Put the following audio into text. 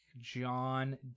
john